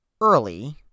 early